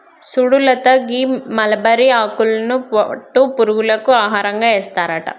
సుడు లత గీ మలబరి ఆకులను పట్టు పురుగులకు ఆహారంగా ఏస్తారట